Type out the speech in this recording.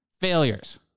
failures